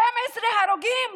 12 הרוגים.